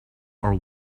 are